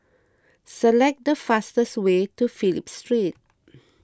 select the fastest way to Phillip Street